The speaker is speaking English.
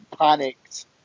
panicked